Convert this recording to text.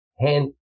hand